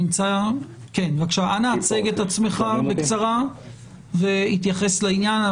אנא הצג את עצמך בקצרה והתייחס לעניין,